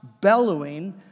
bellowing